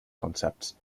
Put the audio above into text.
concepts